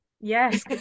yes